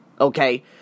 Okay